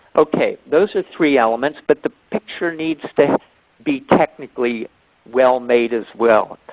okay, those are three elements, but the picture needs to be technically well-made as well.